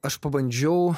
aš pabandžiau